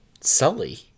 Sully